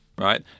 right